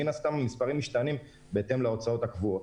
מן הסתם המספרים משתנים בהתאם להוצאות הקבועות.